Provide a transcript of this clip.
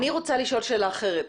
אני רוצה לשאול שאלה אחרת.